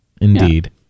Indeed